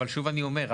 אני אומר שוב,